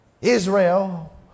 Israel